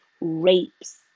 rapes